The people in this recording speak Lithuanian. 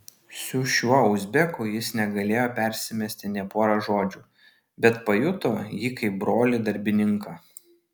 su šiuo uzbeku jis negalėjo persimesti nė pora žodžių bet pajuto jį kaip brolį darbininką